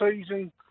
season